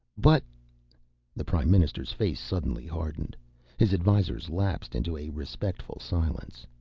but the prime minister's face suddenly hardened his advisors lapsed into a respectful silence.